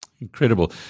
incredible